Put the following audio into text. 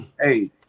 hey